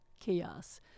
chaos